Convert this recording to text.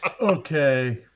Okay